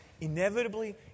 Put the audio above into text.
inevitably